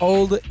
Old